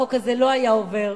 החוק הזה לא היה עובר,